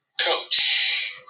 coach